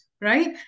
right